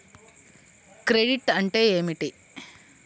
Credit అంటే ఏమిటి?